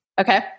Okay